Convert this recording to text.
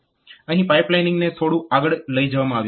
અહીં પાઈપલાઈનીંગને થોડું આગળ લઈ જવામાં આવ્યું છે